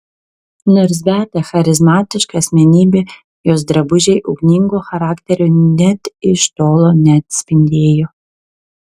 nors beata charizmatiška asmenybė jos drabužiai ugningo charakterio net iš tolo neatspindėjo